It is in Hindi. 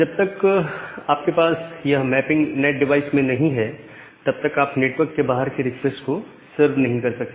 जब तक आपके पास यह मैपिंग नैट डिवाइस में नहीं है तब तक आप नेटवर्क के बाहर के रिक्वेस्ट को सर्व नहीं कर सकते